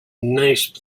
nice